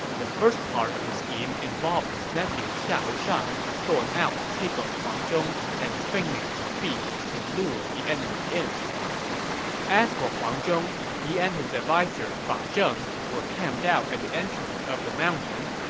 the first part of the scheme involved his nephew xiahou shang going out to take on huang zhong and feigning defeat to lure the enemy in as for huang zhong, he and his adviser fa ah zheng were camped out at the entrance of the mountain.